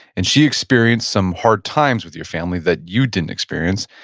and she experienced some hard times with your family that you didn't experience.